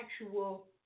actual